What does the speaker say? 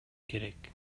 керек